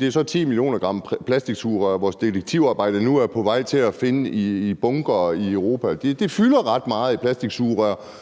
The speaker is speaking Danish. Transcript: det så er 10 mio. gram plastiksugerør, vores detektivarbejde nu er på vej til at finde i bunker i Europa. Plastiksugerør